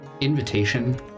invitation